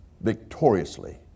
victoriously